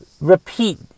Repeat